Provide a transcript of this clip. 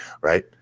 right